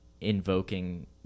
invoking